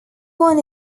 won